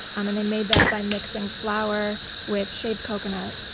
um and they made that by mixing flour with shaved coconut,